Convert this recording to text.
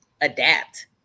adapt